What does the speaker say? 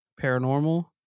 paranormal